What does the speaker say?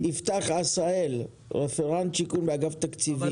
יפתח עשהאל, רפרנט שיקום באגף תקציבים.